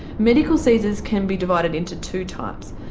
medical caesars can be divided into two types,